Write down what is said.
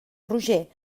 roger